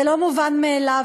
זה לא מובן מאליו.